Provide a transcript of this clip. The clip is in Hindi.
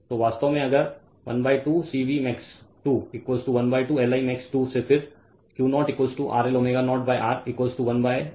तो वास्तव में अगर 12 CV मैक्स2 12 LI मैक्स 2 से फिर Q0 RL ω0 R 1ω0 CR